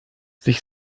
sich